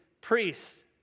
priests